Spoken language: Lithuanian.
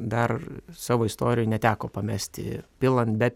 dar savo istorijoj neteko pamesti pilant bet